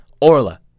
Orla